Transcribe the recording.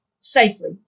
safely